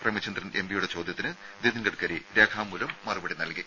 പ്രേമചന്ദ്രൻ എംപിയുടെ ചോദ്യത്തിന് നിതിൻ ഗഡ്ഗരി രേഖാമൂലം മറുപടി നൽകി